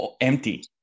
empty